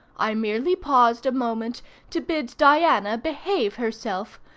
i merely paused a moment to bid diana behave herself,